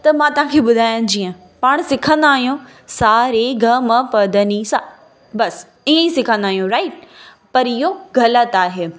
त मां तव्हांखे ॿुधायां जीअं पाण सिखंदा आहियूं सा रे ग म प ध नि सा बसि ईअं ई सिखंदा आहियूं राइट पर इहो ग़लति आहे